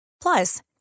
Plus